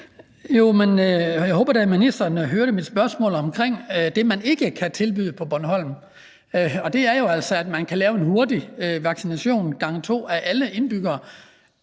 (DF): Jeg håber da, ministeren hørte mit spørgsmål om det, man ikke kan tilbyde på Bornholm, og det er jo altså at kunne lave en hurtig vaccination nummer to af alle indbyggere.